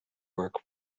work